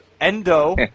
Endo